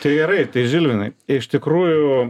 tai gerai tai žilvinai iš tikrųjų